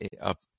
up